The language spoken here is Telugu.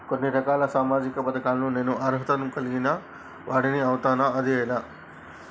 కొన్ని రకాల సామాజిక పథకాలకు నేను అర్హత కలిగిన వాడిని అవుతానా? అది ఎలా?